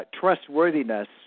trustworthiness